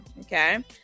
Okay